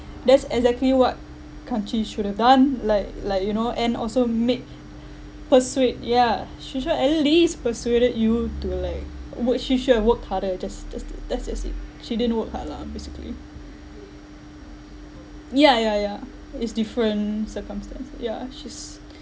that's exactly what kan chee should have done like like you know and also made persuade yeah she should at least persuaded you to like work she should have work harder just that's that's as it she didn't work hard lah basically ya ya ya it's different circumstance ya she's